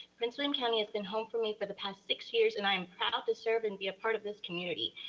prince william county has been home for me for the past six years and i'm proud to serve and be a part of this community,